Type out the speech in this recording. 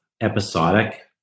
episodic